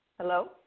Hello